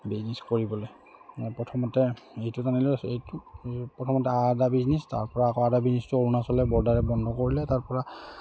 business কৰিবলৈ প্ৰথমতে এইটো জানিলোঁ এইটো প্ৰথমতে আদা বিজনেছ তাৰপৰা আকৌ আদা বিজনেচটো অৰুণাচলৰ বৰ্ডাৰে বন্ধ কৰিলে তাৰপৰা